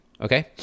Okay